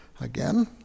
Again